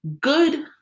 good